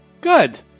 Good